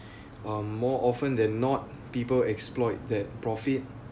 um more often than not people exploit that profit